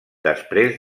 després